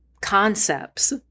concepts